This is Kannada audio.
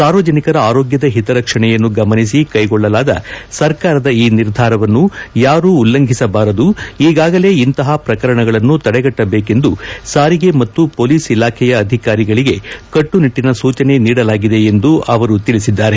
ಸಾರ್ವಜನಿಕರ ಆರೋಗ್ಯದ ಹಿತರಕ್ಷಣೆಯನ್ನು ಗಮನಿಸಿ ಕೈಗೊಳ್ಳಲಾದ ಸರ್ಕಾರದ ಈ ನಿರ್ಧಾರವನ್ನು ಯಾರೂ ಉಲ್ಲಂಘಿಸಬಾರದು ಈಗಾಗಲೇ ಇಂತಹ ಪ್ರಕರಣಗಳನ್ನು ತಡೆಗಟ್ಟಬೇಕೆಂದು ಸಾರಿಗೆ ಮತ್ತು ಪೊಲೀಸ್ ಇಲಾಖೆಯ ಅಧಿಕಾರಿಗಳಿಗೆ ಕಟ್ಟುನಿಟ್ಟಿನ ಸೂಚನೆ ನೀಡಲಾಗಿದೆ ಎಂದು ತಿಳಿಸಿದ್ದಾರೆ